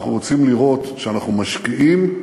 אנחנו רוצים לראות שאנחנו משקיעים,